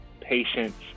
patience